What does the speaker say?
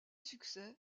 succès